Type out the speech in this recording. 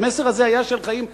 המסר הזה היה של חיים משותפים,